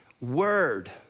word